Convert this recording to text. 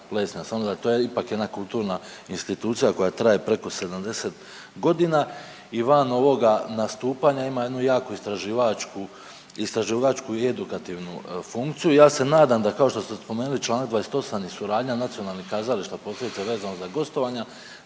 samo da to je ipak jedna kulturna institucija koja traje preko 70 godina i van ovoga nastupanja ima jednu jako istraživačku i edukativnu funkciju, ja se nadam da kao što ste spomenuli čl. 28 i suradnja nacionalnih kazališta, posebice vezano za gostovanja,